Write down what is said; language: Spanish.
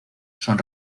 son